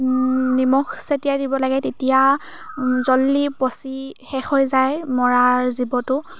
নিমখ ছটিয়াই দিব লাগে তেতিয়া জল্দি পঁচি শেষ হৈ যায় মৰা জীৱটো